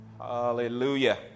Hallelujah